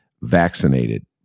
vaccinated